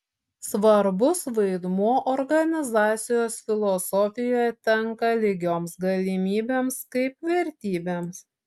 svarbus vaidmuo organizacijos filosofijoje tenka lygioms galimybėms kaip vertybėms